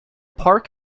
park